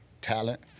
talent